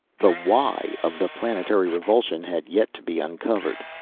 the why of the planetary revulsion had yet to be uncovered.